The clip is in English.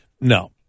no